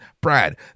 Brad